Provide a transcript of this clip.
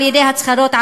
על-ידי הצהרות,